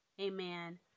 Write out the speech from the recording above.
amen